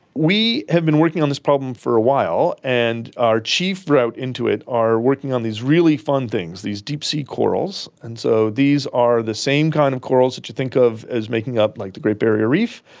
we have been working on this problem for a while, and our chief route into it, we are working on these really fun things, these deep sea corals, and so these are the same kind of corals that you think of as making up like the great barrier reef,